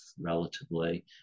relatively